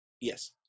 Yes